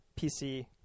PC